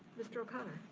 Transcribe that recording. mr. o'connor.